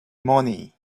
money